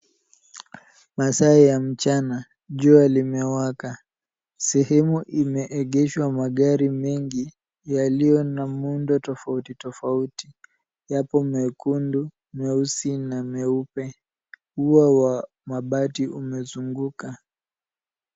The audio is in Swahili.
Masaa ya mchana, jua limewaka .Sehemu imeeegeshwa magari mengi yaliyo na muundo tofauti tofauti. Yako mekundu, meusi na meupe. Ua wa mabati umezunguka.